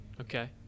Okay